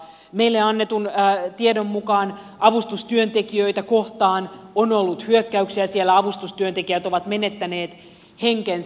meille annetun tiedon mukaan avustustyöntekijöitä kohtaan on ollut hyökkäyksiä siellä avustustyöntekijät ovat menettäneet henkensä